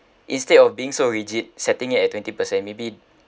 instead of being so rigid setting it at twenty percent maybe